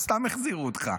הם סתם החזירו אותך.